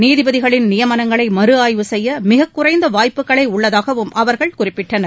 நீதிபதிகளின் நியமனங்களை மறுஆய்வு செய்ய மிகக்குறைந்த வாய்ப்புகளே உள்ளதாகவும் அவர்கள் குறிப்பிட்டனர்